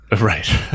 Right